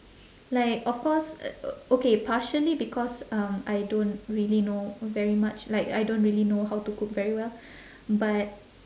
like of course okay partially because um I don't really know very much like I don't really know how to cook very well but